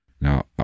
now